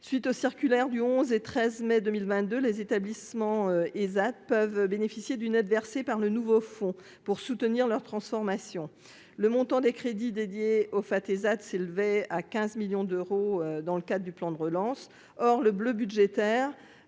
suite aux circulaire du 11 et 13 mai 2022 les établissements ISAT peuvent bénéficier d'une aide versée par le nouveau fonds pour soutenir leur transformation, le montant des crédits dédiés aux Fateh that s'élevait à 15 millions d'euros dans le cas du plan de relance, or le bleu budgétaire